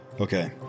Okay